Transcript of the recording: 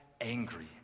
angry